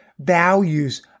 values